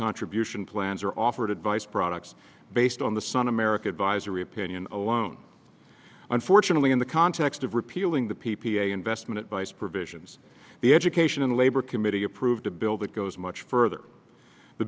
contribution plans are offered advice products based on the sun america advisory opinion alone unfortunately in the context of repealing the p p a investment advice provisions the education and labor committee approved a bill that goes much further the